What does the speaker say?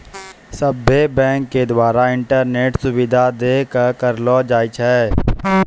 सभ्भे बैंको द्वारा इंटरनेट के सुविधा देल करलो जाय छै